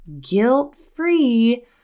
guilt-free